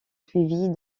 suivie